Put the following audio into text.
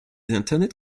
internet